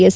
S